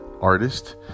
artist